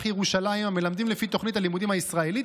ירושלים המלמדים לפי תוכנית הלימודים הישראלית,